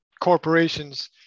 corporations